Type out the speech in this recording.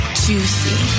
juicy